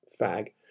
fag